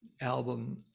album